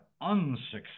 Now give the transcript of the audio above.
unsuccessful